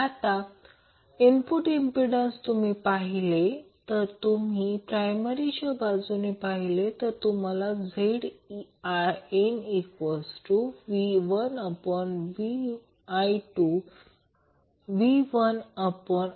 आता input impedance तुम्ही पाहिले आणि जर तुम्ही प्रायमरीच्या बाजूने पाहिले तर मिळेल